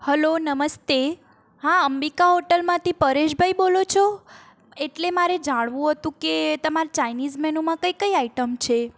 hello નમસ્તે હા અંબિકા હોટૅલમાંથી પરેશભાઈ બોલો છો એટલે મારે જાણવું હતું કે તમારા ચાઈનીઝ મેન્યૂમાં કઈ કઈ આઈટમ છે